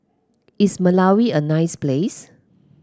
is Malawi a nice place